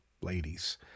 ladies